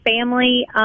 family